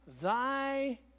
Thy